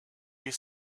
you